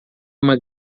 uma